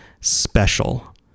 Special